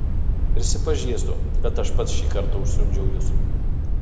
prisipažįstu kad aš pats šį kartą užsiundžiau jus